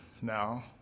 now